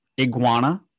iguana